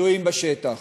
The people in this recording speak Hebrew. פצועים בשטח.